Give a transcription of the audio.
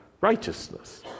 righteousness